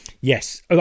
Yes